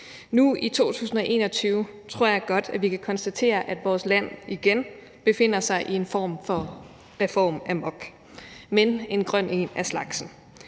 Nu i 2021 tror jeg godt vi kan konstatere, at vores land igen går i en form for reformamok, men en grøn en af slagsen.